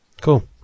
Cool